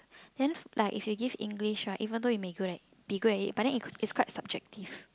then like if you give English right even though you may good at be good at it but then it's quite subjective